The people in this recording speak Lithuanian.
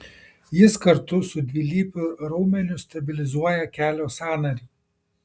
jis kartu su dvilypiu raumeniu stabilizuoja kelio sąnarį